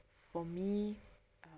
for me uh